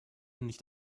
nicht